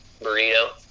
burrito